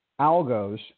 algos